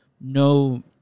No